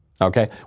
Okay